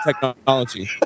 technology